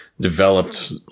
developed